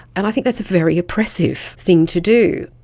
and i think that's a very oppressive thing to do.